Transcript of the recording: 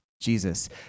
Jesus